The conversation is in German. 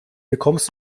bekommst